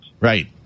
Right